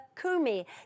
Kumi